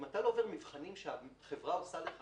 אם אתה לא עובר מבחנים שהחברה עושה לך